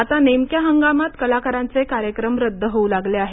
आता नेमक्या हंगामात कलाकारांचे कार्यक्रम रद्द होऊ लागले आहेत